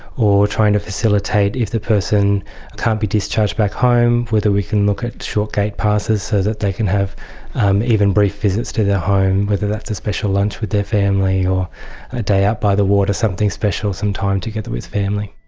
or trying to facilitate if the person can't be discharged back home, whether we can look at short gate passes so that they can have even brief visits to their home, whether that's a special lunch with their family or a day out by the water, something special, some time together with family.